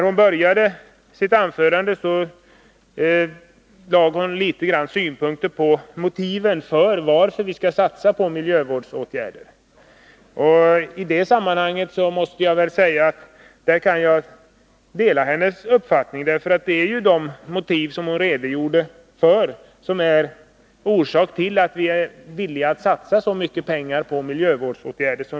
Hon började sitt anförande med att anlägga några synpunkter på motiven till en satsning på miljövårdsåtgärder. I det sammanhanget måste jag säga att jag delar hennes uppfattning. De motiv som hon redogjort för är ju orsaken till att vi är beredda att satsa så mycket pengar på miljövårdsåtgärder.